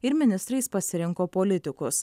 ir ministrais pasirinko politikus